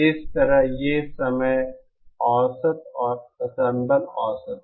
इसी तरह ये समय औसत और एंसेंबल औसत हैं